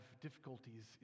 difficulties